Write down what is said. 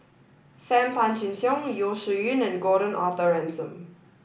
Sam Tan Chin Siong Yeo Shih Yun and Gordon Arthur Ransome